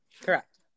correct